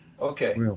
okay